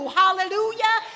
hallelujah